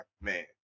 Man